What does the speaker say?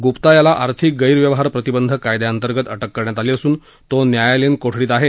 गुप्ता याला आर्थिक गैरव्यवहार प्रतिबंधक कायद्यांतर्गत अ के करण्यात आली असून तो न्यायालयीन कोठडीत आहे